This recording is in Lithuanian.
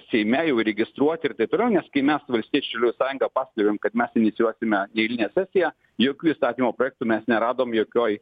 seime jau įregistruoti ir taip toliau nes kai mes su valstiečių sąjunga paskelbėm kad mes inicijuosime neeilinę sesiją jokių įstatymų projektų mes neradom jokioj